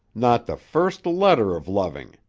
not the first letter of loving.